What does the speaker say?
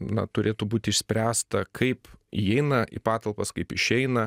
na turėtų būti išspręsta kaip įeina į patalpas kaip išeina